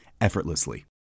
effortlessly